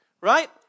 Right